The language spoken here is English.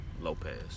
Lopez